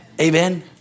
Amen